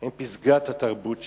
הם פסגת התרבות שלו?